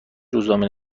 روزنامه